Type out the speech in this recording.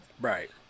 Right